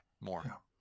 more